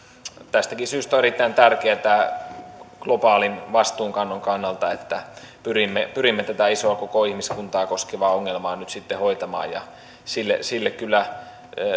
tästäkin syystä on erittäin tärkeätä globaalin vastuunkannon kannalta että pyrimme pyrimme tätä isoa koko ihmiskuntaa koskevaa ongelmaa nyt sitten hoitamaan ja sille sille kyllä